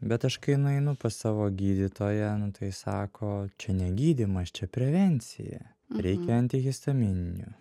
bet aš kai nueinu pas savo gydytoją nu tai sako čia ne gydymas čia prevencija reikia antihistamininių